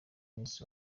miss